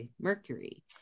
Mercury